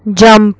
jump